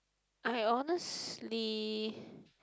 I honestly